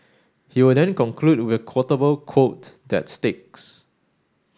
he will then conclude with a quotable quote that sticks